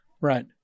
Right